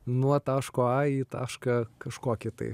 nuo taško a į tašką kažkokį tai